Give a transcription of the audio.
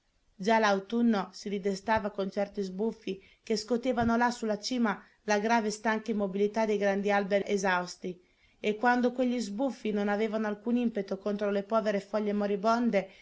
già l'autunno si ridestava con certi sbuffi che scotevano là sulla cima la grave e stanca immobilità dei grandi alberi esausti e quando quegli sbuffi non avevano alcun impeto contro le povere foglie moribonde